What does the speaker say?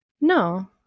No